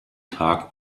tag